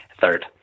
Third